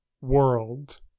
world